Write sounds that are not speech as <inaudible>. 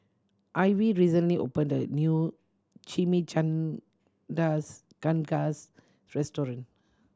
Ivey recently opened a new Chimichangas <unintelligible> restaurant